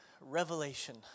revelation